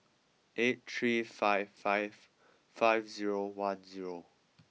eight three five five five zero one zero